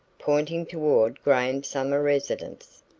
pointing toward graham summer residence.